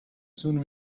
soon